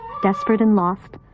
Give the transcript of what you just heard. desperate and lost,